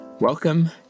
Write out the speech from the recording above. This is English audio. Welcome